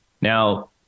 Now